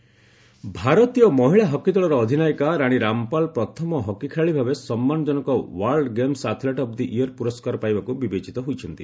hockey Rani award ଭାରତୀୟ ମହିଳା hockey ଦଳର ଅଧିନାୟିକା ରାଣୀ ରାମ୍ପାଲ ପ୍ରଥମ ହକି ଖେଳାଳି ଭାବେ ସମ୍ମାନଜନକ world games athlete of the year ପ୍ରରସ୍କାର ପାଇବାକୃ ବିବେଚିତ ହୋଇଛନ୍ତି